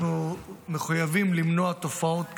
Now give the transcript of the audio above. אנחנו מחויבים למנוע תופעות כאלה.